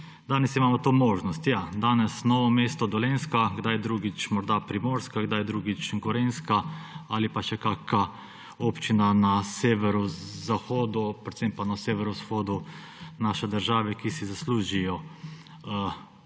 Danes imamo to možnost. Ja, danes Novo mesto, Dolenjska, kdaj drugič morda Primorska, kdaj drugič Gorenjska ali pa še kakšna občina na severozahodu, predvsem pa severovzhodu naše države, ki si zaslužijo